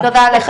תודה רבה.